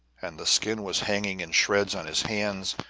and the skin was hanging in shreds on his hands,